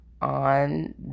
on